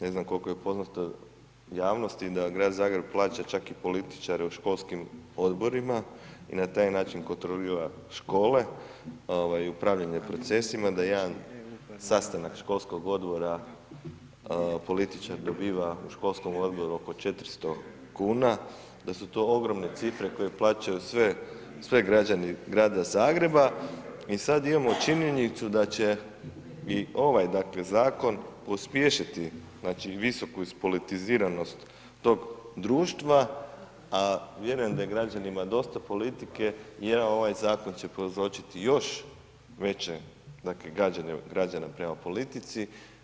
Ne znam koliko je poznato javnosti da Grad Zagreb plaća čak i političare u školskim odborima i na taj način kontrolira škole ovaj upravljanje procesima da jedan sastanak školskog odbora političar dobiva u školskom odboru oko 400 kuna, da su to ogromne cifre koje plaćaju svi građani Grada Zagreba i sad imamo činjenicu da će i ovaj dakle zakon pospješiti znači visoku ispolitiziranog tog društva, a vjerujem da je građanima dosta politike i jedan ovaj zakon će prouzročiti još veće dakle gađenje građana prema politici.